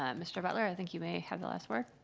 um mr. butler, i think you may have the last word.